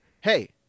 hey